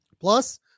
Plus